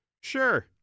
Sure